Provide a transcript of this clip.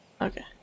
Okay